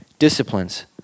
disciplines